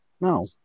No